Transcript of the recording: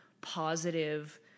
positive